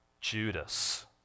Judas